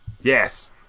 Yes